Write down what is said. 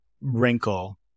wrinkle